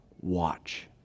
watch